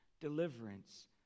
deliverance